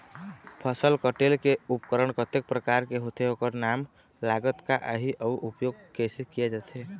फसल कटेल के उपकरण कतेक प्रकार के होथे ओकर नाम लागत का आही अउ उपयोग कैसे किया जाथे?